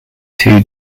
two